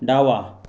डावा